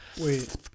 Wait